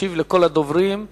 ישיב לכל המציעים